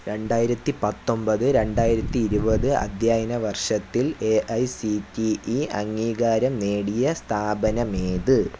രണ്ടായിരത്തി പത്തൊൻപത് രണ്ടായിരത്തി ഇരുപത് അദ്ധ്യായന വർഷത്തിൽ A I C T E അംഗീകാരം നേടിയ സ്ഥാപനമേത്